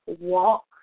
walk